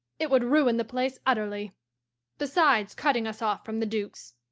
it would ruin the place utterly besides cutting us off from the duke's.